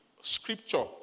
Scripture